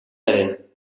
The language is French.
allen